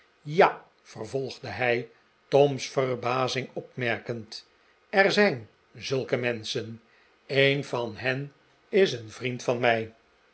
ja vervolgde hij tom's verbazing opmerkend er zijn z ulke menschen een van hen is een vriend van mij